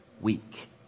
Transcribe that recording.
week